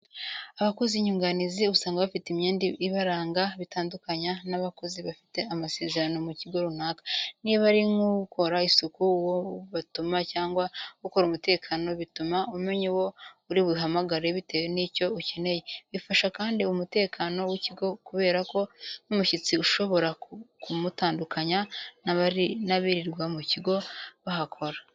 Abakozi nyunganizi usanga bafite imyenda ibaranga ibitandukanya n'abakozi bafite amasezerano mu kigo runaka. Niba ari nk'ukora isuku, uwo batuma cyangwa ukora umutekano, bituma umenya uwo uri buhamagare bitewe n'icyo ukeneye. Bifasha kandi mu mutekano w'ikigo kubera ko n'umushyitsi ushobora kumutandukanya n'abirirwa mu kigo bahakora.